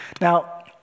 Now